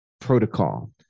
protocol